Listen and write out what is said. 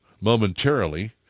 momentarily